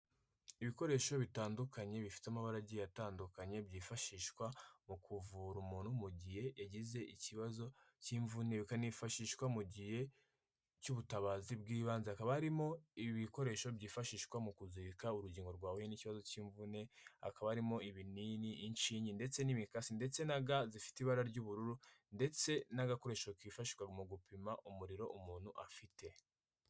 Ibikoresho bitandukanye bifite amabara agiye atandukanye byifashishwa mu kuvura umuntu mu gihe yagize ikibazo cy'imvune, bikanifashishwa mu gihe cy'ubutabazi bw'ibanze, hakaba harimo ibikoresho byifashishwa mu kuzirika urugingo rwahuye n'ikibazo cy'imvune, hakaba harimo ibinini, inshinge ndetse n’imikasi, ndetse na ga zifite ibara ry'ubururu, ndetse n'agakoresho kifashishwa mu gupima umuriro umuntu afite.